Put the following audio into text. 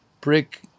Brick